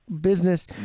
business